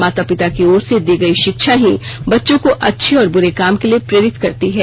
माता पिता की ओर से दी गई शिक्षा ही बच्चों को अच्छे और बुरे काम के लिए प्रेरित करती है